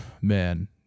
man